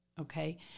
Okay